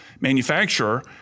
manufacturer